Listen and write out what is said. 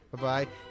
Bye-bye